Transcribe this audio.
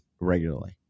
regularly